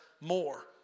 more